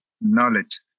knowledge